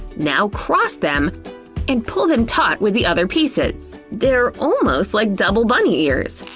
now cross them and pull them taught with the other pieces. they're almost like double bunny ears.